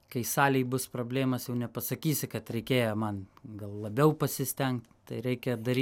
kai salėj bus problėmos jau nepasakysi kad reikėjo man gal labiau pasistengt tai reikia dary